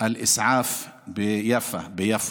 אל-אסעאף ביפו.